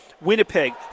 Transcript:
Winnipeg